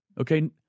Okay